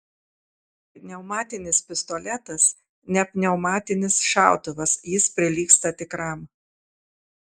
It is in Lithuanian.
pneumatinis pistoletas ne pneumatinis šautuvas jis prilygsta tikram